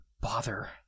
bother